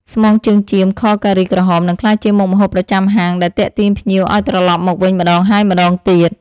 ស្មងជើងចៀមខការីក្រហមនឹងក្លាយជាមុខម្ហូបប្រចាំហាងដែលទាក់ទាញភ្ញៀវឱ្យត្រឡប់មកវិញម្តងហើយម្តងទៀត។